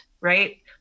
right